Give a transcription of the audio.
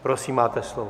Prosím, máte slovo.